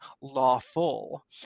lawful